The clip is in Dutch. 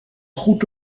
goed